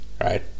right